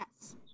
Yes